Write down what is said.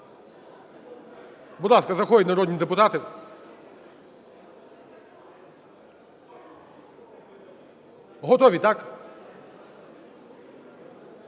Будь ласка, заходять народні депутати. Готові, так?